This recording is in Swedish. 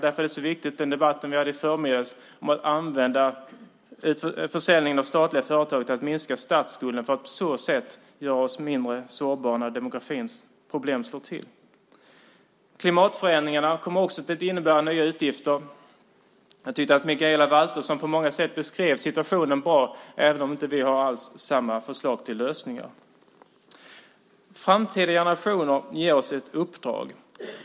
Därför är det så viktigt att använda försäljningen av statliga företag, som debatterades i förmiddags, till att minska statsskulden. På så sätt gör vi oss mindre sårbara när demografiproblemet slår till. Klimatförändringarna kommer också att innebära nya utgifter. Mikaela Valtersson beskrev på många sätt situationen bra även om vi inte alls har samma förslag till lösningar. Framtida generationer ger oss ett uppdrag.